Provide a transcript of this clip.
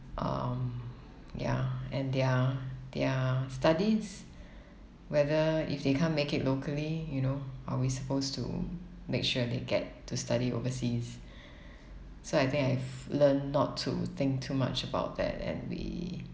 um ya and their their studies whether if they can't make it locally you know are we supposed to make sure they get to study overseas so I think I've learnt not to think too much about that and we